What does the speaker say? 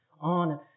On